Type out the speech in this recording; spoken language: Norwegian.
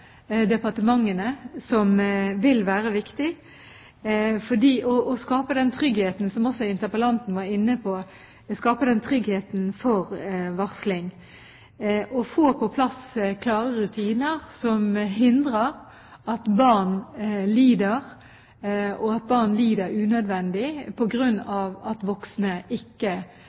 departementene, som vil være viktig for å skape den tryggheten for varsling, som også interpellanten var inne på, og å få på plass klare rutiner som hindrer at barn lider, og at barn lider unødvendig på grunn av at voksne ikke